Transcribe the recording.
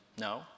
No